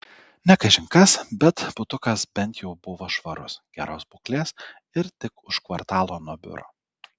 ne kažin kas bet butukas bent jau buvo švarus geros būklės ir tik už kvartalo nuo biuro